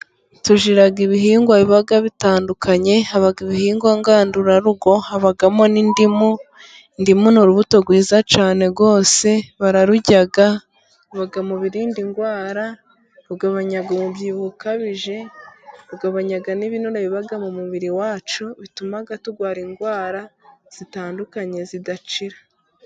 Tujyira ibihingwa biba bitandukanye, haba ibihingwa ngandurarugo habamo nk'indimu, indimu ni urubuto rwiza cyane rwose, bararurya ruba mubirinda indwara, rugabanya umubyibuho ukabije, tugabanya n'ibinure biba mu mubiri wacu bituma turwara indwara zitandukanye zidacyira.